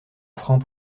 francs